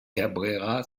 cabrera